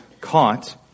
caught